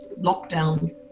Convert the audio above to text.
lockdown